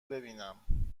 ببینم